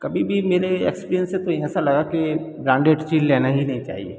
कभी भी मेरे एक्सपीरिएंस से तो ऐसा लगा के ब्रांडेड चीज लेना ही नहीं चाहिए